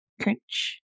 Crunch